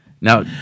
Now